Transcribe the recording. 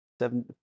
seven